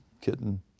kitten